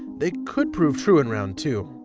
they could prove true in round two.